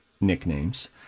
nicknames